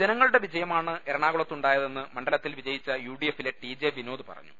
ജനങ്ങളുടെ വിജയമാണ് എറണാ്കുളത്തുണ്ടായതെന്ന് മണ്ഡ ലത്തിൽ വിജയിച്ച യൂഡിഎഫില്ലെട്രി ജെ വിനോദ് പറഞ്ഞു